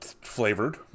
flavored